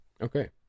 okay